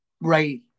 Right